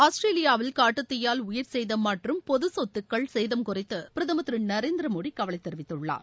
ஆஸ்திரேலியாவில் காட்டு தீயால் உயிர்ச்சேதம் மற்றும் பொது சொத்துக்கள் சேதம் குறித்து பிரதமர் திரு நரேந்திர மோடி கவலை தெரிவித்துள்ளார்